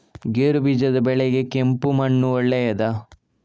ಗೇರುಬೀಜದ ಬೆಳೆಗೆ ಕೆಂಪು ಮಣ್ಣು ಒಳ್ಳೆಯದಾ?